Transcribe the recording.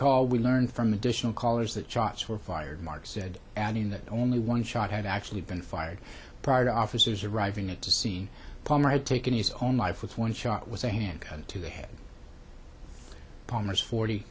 call we learned from additional callers that shots were fired marc said adding that only one shot had actually been fired prior to officers arriving at the scene palmer had taken his own life with one shot with a handgun to the head palmer's forty